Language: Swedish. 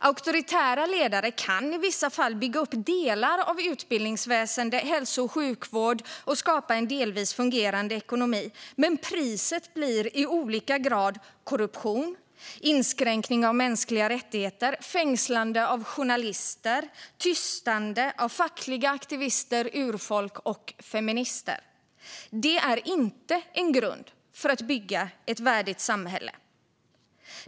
Auktoritära ledare kan i vissa fall bygga upp delar av utbildningsväsen och hälso och sjukvård och skapa en delvis fungerande ekonomi. Men priset blir i olika grad korruption, inskränkning av mänskliga rättigheter, fängslande av journalister och tystande av fackliga aktivister, urfolk och feminister. Det är inte en grund för att bygga ett värdigt samhälle.